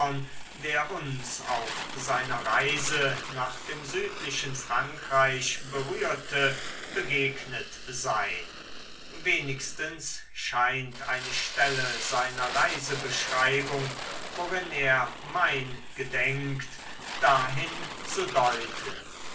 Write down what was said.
der uns auf seiner reise nach dem südlichen frankreich berührte begegnet sein wenigstens scheint eine stelle seiner reisebeschreibung worin er mein gedenkt dahin zu deuten